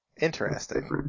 Interesting